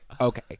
okay